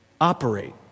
operate